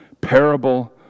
parable